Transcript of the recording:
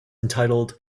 entitled